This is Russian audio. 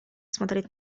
смотреть